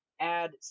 add